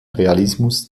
realismus